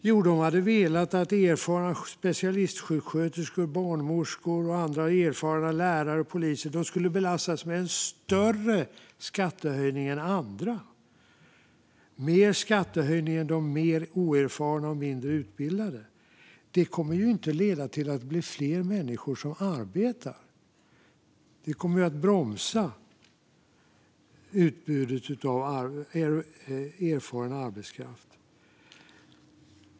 Jo, de hade velat att erfarna specialistsjuksköterskor, barnmorskor, lärare och poliser skulle belastas med en större skattehöjning än de mer oerfarna och mindre utbildade. Detta kommer inte att leda till att fler människor arbetar. Det kommer att bromsa utbudet av erfaren arbetskraft.